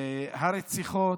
הרציחות.